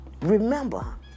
Remember